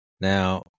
Now